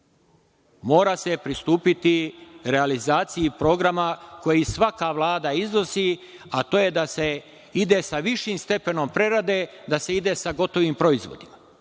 Mora se pristupiti realizaciji programa koji svaka Vlada iznosi, a to je da se ide sa višim stepenom prerade, da se ide sa gotovim proizvodima.